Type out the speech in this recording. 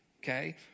okay